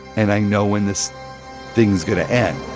and i know when this thing's going to end